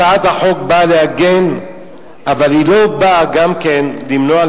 הצעת החוק באה להגן אבל היא לא באה גם כן למנוע,